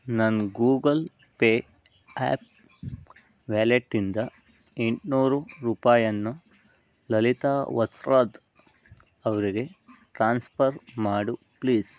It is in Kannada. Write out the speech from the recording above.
ನನ್ನ ಗೂಗಲ್ ಪೇ ಆ್ಯಪ್ ವ್ಯಾಲೆಟಿಂದ ಎಂಟು ನೂರು ರೂಪಾಯಿಯನ್ನ ಲಲಿತಾ ವಸ್ತ್ರದ ಅವರಿಗೆ ಟ್ರಾನ್ಸ್ಫರ್ ಮಾಡು ಪ್ಲೀಸ್